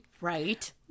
Right